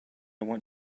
want